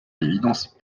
l’évidence